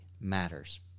matters